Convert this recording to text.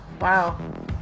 wow